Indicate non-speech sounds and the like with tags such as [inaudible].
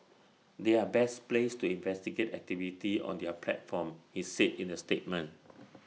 [noise] they are best placed to investigate activity on their platform he said in A statement